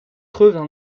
creusent